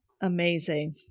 Amazing